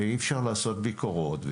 ואי אפשר לעשות ביקורות,